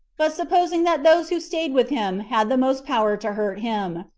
but supposing that those who staid with him had the most power to hurt him,